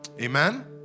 Amen